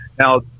Now